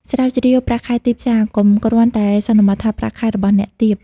ស្រាវជ្រាវប្រាក់ខែទីផ្សារ កុំគ្រាន់តែសន្មតថាប្រាក់ខែរបស់អ្នកទាប។